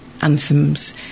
anthems